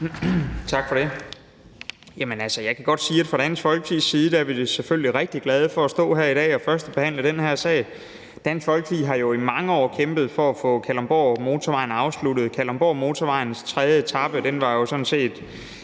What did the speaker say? Tak for det. Jeg vil sige, at fra Dansk Folkepartis side er vi selvfølgelig rigtig glade for at stå her i dag og førstebehandle det her forslag. Dansk Folkeparti har jo i mange år kæmpet for at få Kalundborgmotorvejen afsluttet. Kalundborgmotorvejens tredje etape var jo sådan set